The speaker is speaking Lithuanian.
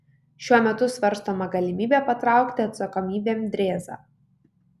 šiuo metu svarstoma galimybė patraukti atsakomybėn drėzą